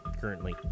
currently